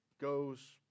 goes